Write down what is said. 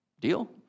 Deal